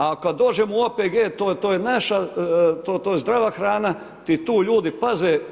A kad dođemo u OPG, to je naša, to je zdrava hrana i tu ljudi paze.